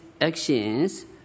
actions